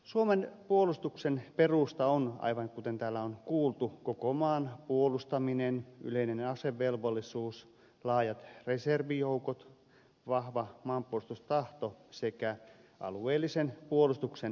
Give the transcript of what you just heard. suomen puolustuksen perusta on aivan kuten täällä on kuultu koko maan puolustaminen yleinen asevelvollisuus laajat reservijoukot vahva maanpuolustustahto sekä alueellisen puolustuksen periaate